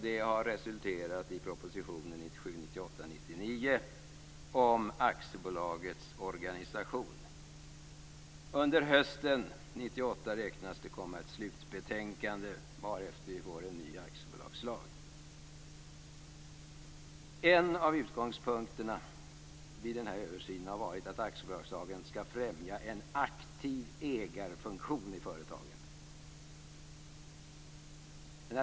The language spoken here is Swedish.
Det har resulterat i propositionen Under hösten 1998 beräknas det komma ett slutbetänkande, varefter vi får en ny aktiebolagslag. En av utgångspunkterna vid denna översyn har varit att aktiebolagslagen skall främja en aktiv ägarfunktion i företagen.